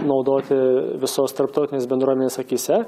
naudoti visos tarptautinės bendruomenės akyse